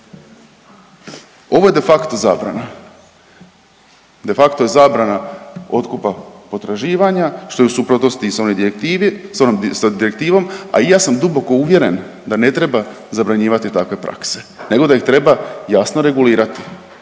Ovo je de facto zabrana, de facto je zabrana otkupa potraživanja što je u suprotnosti i sa direktivom, a i ja sam duboko uvjeren da ne treba zabranjivati takve prakse nego da ih treba jasno regulirati,